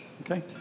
Okay